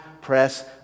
press